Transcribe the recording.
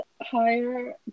higher